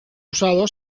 usado